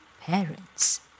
parents